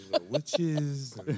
witches